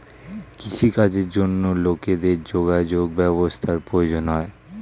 কৃষি কাজের জন্য লোকেদের যোগাযোগ ব্যবস্থার প্রয়োজন হয়